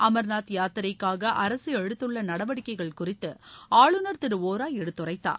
அமர்நாத் யாத்திரைக்காக அரசு எடுத்துள்ள நடவடிக்கைகள் குறித்து ஆளுநர் திரு வோரா எடுத்துரைத்தார்